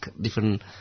different